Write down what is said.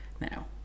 now